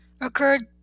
occurred